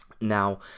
Now